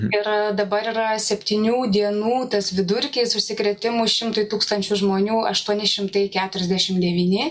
yra dabar yra septynių dienų tas vidurkis užsikrėtimų šimtui tūkstančių žmonių aštuoni šimtai keturiasdešim devyni